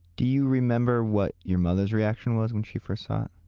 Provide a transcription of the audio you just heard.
do you remember what your mother's reaction was when she first saw it?